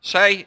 Say